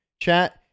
chat